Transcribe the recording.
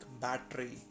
battery